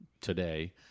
today